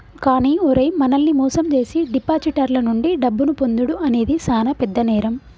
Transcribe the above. కానీ ఓరై మనల్ని మోసం జేసీ డిపాజిటర్ల నుండి డబ్బును పొందుడు అనేది సాన పెద్ద నేరం